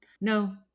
No